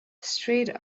straight